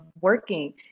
working